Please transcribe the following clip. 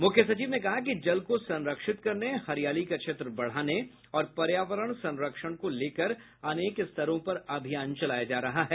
मुख्य सचिव ने कहा कि जल को संरक्षित करने हरियाली का क्षेत्र बढ़ाने और पर्यावरण संरक्षण को लेकर अनेक स्तरों पर अभियान चलाया जा रहा है